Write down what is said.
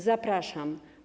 Zapraszam.